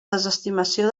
desestimació